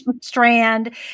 Strand